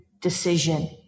decision